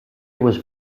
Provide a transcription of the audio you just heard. was